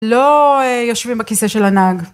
לא יושבים בכיסא של הנהג.